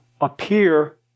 appear